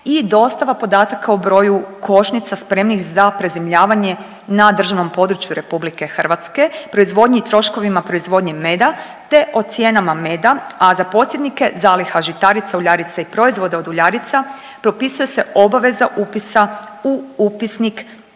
i dostava podataka o broju košnica spremnih za prezimljavanje na državnom području Republike Hrvatske, proizvodnji i troškovima proizvodnji meda te o cijenama meda, a za posjednike zaliha žitarica, uljarica i proizvoda od uljarica propisuje se obaveza upisa u upisnik